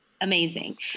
Amazing